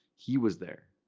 he was there,